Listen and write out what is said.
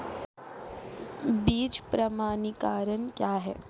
बीज प्रमाणीकरण क्या है?